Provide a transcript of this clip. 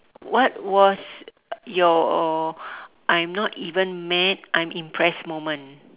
what was your I'm not even mad I'm impressed moment